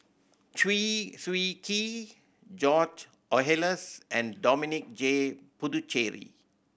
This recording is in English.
Chew Swee Kee George Oehlers and Dominic J Puthucheary